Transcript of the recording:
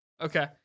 okay